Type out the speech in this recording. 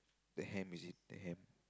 the ham music the ham